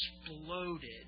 exploded